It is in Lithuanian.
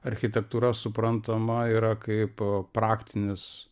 architektūra suprantama yra kaip praktinis